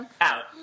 Out